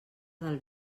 del